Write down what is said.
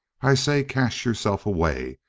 i say, cache yourself away.